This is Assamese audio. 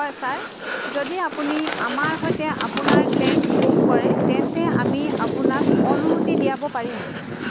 হয় ছাৰ যদি আপুনি আমাৰ সৈতে আপোনাৰ টেণ্ট বুক কৰে তেন্তে আমি আপোনাক অনুমতি দিয়াব পাৰিম